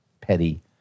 petty